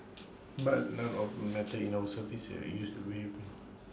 but none of that matters if our services are used in ways bring